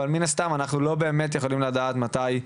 אבל מן הסתם אנחנו לא באמת יכולים לדעת מתי,